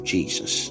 Jesus